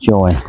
Joy